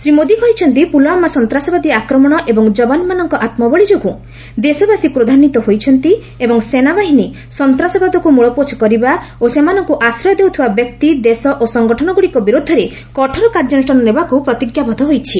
ଶ୍ରୀ ମୋଦି କହିଛନ୍ତି ପୁଲୱାମା ସନ୍ତାସବାଦୀ ଆକ୍ରମଣ ଏବଂ ଯବାନମାନଙ୍କ ଆତ୍କବଳି ଯୋଗୁଁ ଦେଶବାସୀ କ୍ରୋଧାନ୍ୱିତ ହୋଇଛନ୍ତି ଏବଂ ସେନାବାହିନୀ ସନ୍ତାସବାଦକୁ ମ୍ବଳପୋଛ କରିବା ଓ ସେମାନଙ୍କ ଆଶ୍ରୟ ଦେଉଥିବା ବ୍ୟକ୍ତି ଦେଶ ଓ ସଂଗଠନଗୁଡ଼ିକ ବିରୁଦ୍ଧରେ କଠୋର କାର୍ଯ୍ୟାନୁଷାନ ନେବାକୁ ପ୍ରତିଜ୍ଞାବଦ୍ଧ ହୋଇଛି